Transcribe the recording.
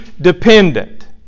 dependent